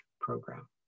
Program